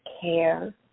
care